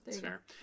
fair